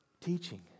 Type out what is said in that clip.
teaching